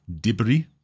Dibri